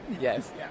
yes